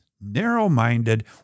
Narrow-minded